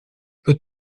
peut